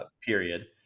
period